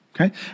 Okay